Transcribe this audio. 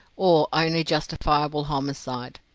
or only justifiable homicide?